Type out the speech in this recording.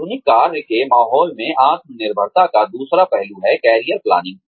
आधुनिक कार्य के माहौल में आत्मनिर्भरता का दूसरा पहलू है करियर प्लानिंग